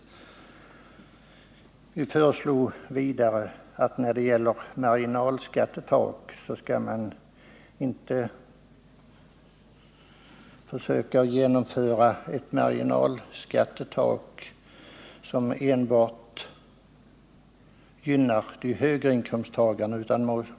Vi framhöll vidare att man inte borde införa ett marginalskattetak som gynnar enbart de högre inkomsttagarna.